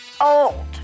old